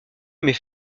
met